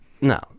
No